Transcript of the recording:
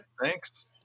Thanks